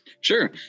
Sure